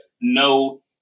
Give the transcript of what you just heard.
no